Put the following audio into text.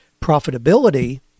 profitability